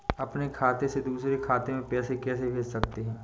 अपने खाते से दूसरे खाते में पैसे कैसे भेज सकते हैं?